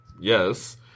yes